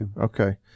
okay